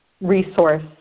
resource